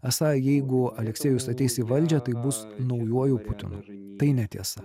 esą jeigu aleksejus ateis į valdžią tai bus naujuoju putinu tai netiesa